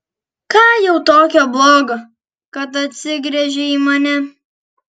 ką jau tokio blogo kad atsigręžei į mane